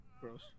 Gross